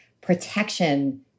protection